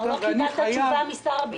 כלומר לא קיבלת תשובה משר הביטחון?